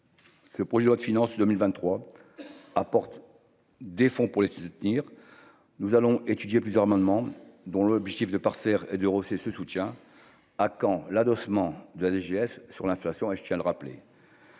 ce projet de loi de finances 2023 apporte des fonds pour les soutenir, nous allons étudier plusieurs amendements dont l'objectif de parfaire et d'euros c'est ce soutien à quand l'adossement de la DGS sur l'inflation